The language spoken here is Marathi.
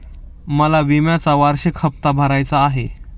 मला विम्याचा वार्षिक हप्ता भरायचा आहे